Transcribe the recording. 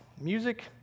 music